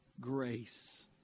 grace